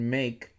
make